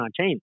2019